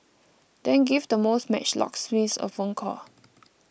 then give the most matched locksmiths a phone call